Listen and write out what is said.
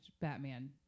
Batman